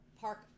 park